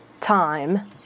time